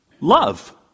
Love